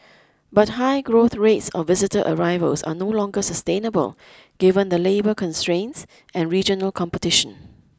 but high growth rates of visitor arrivals are no longer sustainable given the labour constraints and regional competition